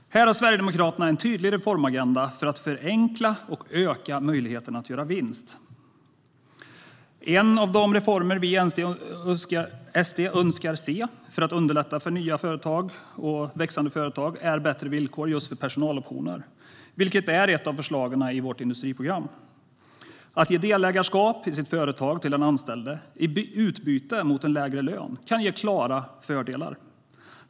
Här har Sverigedemokraterna en tydlig reformagenda för att förenkla och öka möjligheterna att göra vinst. En av de reformer vi i SD önskar se för att underlätta för nya och växande företag är bättre villkor för personaloptioner, vilket är ett av förslagen i vårt industriprogram. Att ge ett delägarskap i sitt företag till den anställde i utbyte mot en lägre lön kan ge klara fördelar.